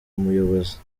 muyobozi